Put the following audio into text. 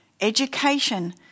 education